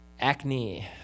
acne